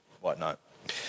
whatnot